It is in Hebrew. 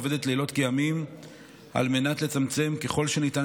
עובדת לילות כימים על מנת לצמצם ככל שניתן